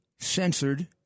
Censored